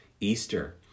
Easter